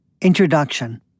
Introduction